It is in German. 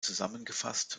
zusammengefasst